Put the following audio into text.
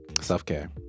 Self-care